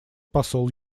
посол